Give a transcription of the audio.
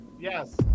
Yes